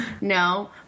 No